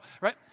right